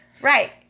Right